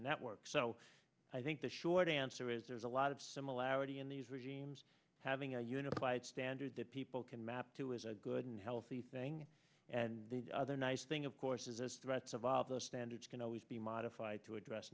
that works so i think the short answer is there is a lot of similarity in these regimes having a unified standard that people can map to is a good and healthy thing and the other nice thing of course is the rights of all those standards can always be modified to address